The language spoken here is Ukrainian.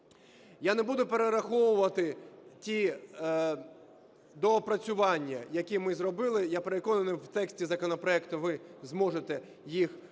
Я не буду перераховувати ті доопрацювання, які ми зробили, я переконаний, в тексті законопроекту ви зможете їх кожний